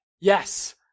yes